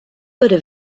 para